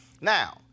now